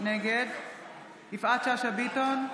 נגד יפעת שאשא ביטון,